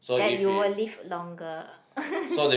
that you will live longer